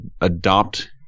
adopt